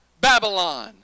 Babylon